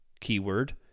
keyword